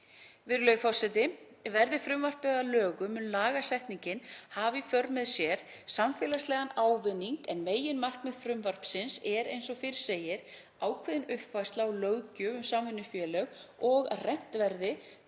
Virðulegi forseti. Verði frumvarpið að lögum mun lagasetningin hafa í för með sér samfélagslegan ávinning en meginmarkmið frumvarpsins er, eins og fyrr segir, ákveðin uppfærsla á löggjöf um samvinnufélög, og að rennt verði